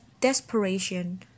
desperation